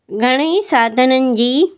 घणे ई साधननि जी